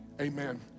Amen